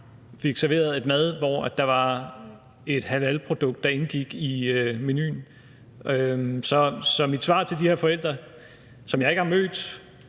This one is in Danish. fik serveret et måltid mad, hvor der indgik et halalprodukt i menuen. Så det er mit svar til de her forældre, som jeg ikke har mødt.